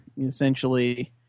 essentially